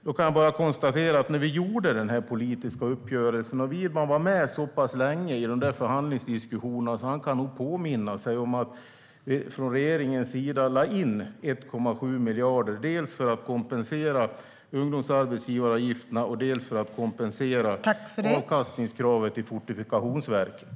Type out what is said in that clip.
Då kan jag bara konstatera att när vi träffade den politiska uppgörelsen var Widman med så pass länge i förhandlingsdiskussionerna att han nog kan påminna sig om att regeringen lade in 1,7 miljarder dels för att kompensera för ungdomsarbetsavgifterna, dels för att kompensera avkastningskravet i Fortifikationsverket.